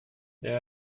there